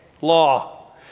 law